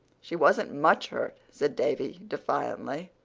she wasn't much hurt, said davy, defiantly.